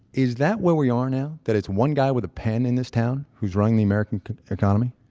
is that where we are now? that it's one guy with a pen in this town, who is running the american economy?